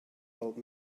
old